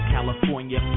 California